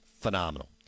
phenomenal